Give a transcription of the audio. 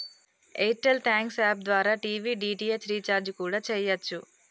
air tell thanks app ద్వారా TV DTH recharge కూడా చెయ్యచ్చు